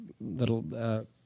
little